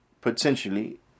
potentially